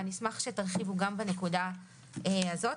אשמח שתרחיבו גם על הנקודה הזאת.